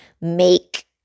make